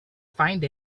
find